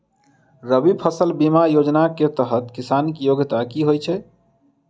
रबी फसल बीमा योजना केँ तहत किसान की योग्यता की होइ छै?